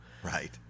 Right